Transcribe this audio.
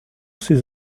ses